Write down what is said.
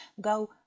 go